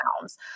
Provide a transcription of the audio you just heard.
pounds